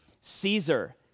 Caesar